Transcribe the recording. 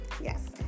Yes